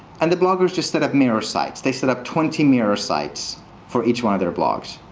and the bloggers just set up mirror sites. they set up twenty mirror sites for each one of their blogs.